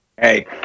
Hey